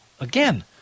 Again